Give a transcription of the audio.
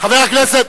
חבר הכנסת.